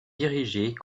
dirigée